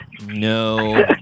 No